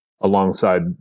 alongside